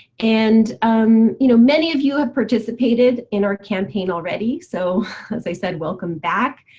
and um you know many of you have participated in our campaign already. so as i said, welcome back.